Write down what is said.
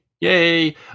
Yay